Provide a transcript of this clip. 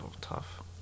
Tough